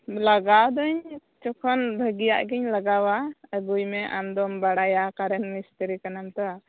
ᱞᱟᱜᱟᱣ ᱫᱟᱹᱧ ᱡᱚᱠᱷᱚᱱ ᱵᱷᱟᱜᱤᱭᱟᱜ ᱜᱮᱧ ᱞᱟᱜᱟᱣᱟ ᱟᱜᱩᱭ ᱢᱮ ᱟᱢ ᱫᱚᱢ ᱵᱟᱲᱟᱭᱟ ᱠᱟᱨᱚᱱ ᱢᱤᱥᱛᱨᱤ ᱠᱟᱱᱟᱢ ᱛᱚ